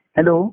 Hello